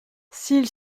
s’il